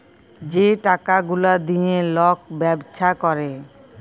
যে টাকা গুলা দিঁয়ে লক ব্যবছা ক্যরে